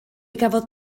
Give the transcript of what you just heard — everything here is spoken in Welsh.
gafodd